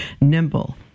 nimble